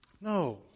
No